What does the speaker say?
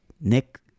Nick